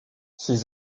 ses